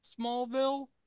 Smallville